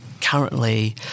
currently